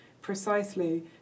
precisely